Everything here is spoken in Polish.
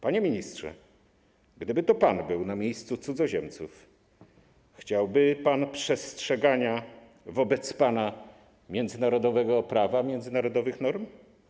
Panie ministrze, czy gdyby to pan był na miejscu cudzoziemców, to chciałby pan przestrzegania wobec pana międzynarodowego prawa, międzynarodowych norm?